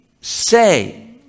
say